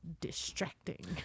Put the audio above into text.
distracting